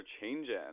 changing